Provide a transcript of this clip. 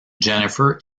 jennifer